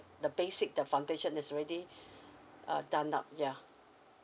the basic the foundation is already uh done up yeah